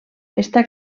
està